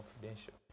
confidential